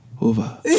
over